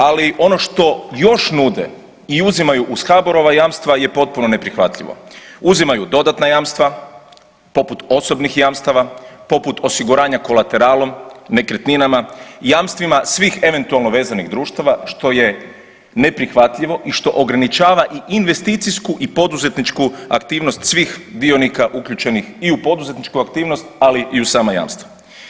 Ali ono što još nude i uzimaju uz HBOR-ova jamstva je potpuno neprihvatljivo, uzimaju dodatna jamstva poput osobnih jamstava, poput osiguranja kolateralom, nekretninama, jamstvima svih eventualno vezanih društava, što je neprihvatljivo i što ograničava i investicijsku i poduzetničku aktivnost svih dionika uključenih i u poduzetničku aktivnost, ali i u sama jamstva.